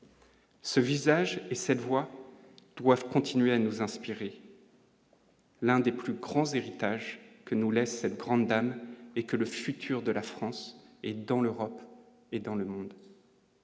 Ce visage et cette voix doivent continuer à nous inspirer. L'un des plus grands héritage que nous laisse cette grande dame et que le futur de la France et dans l'Europe et dans le monde.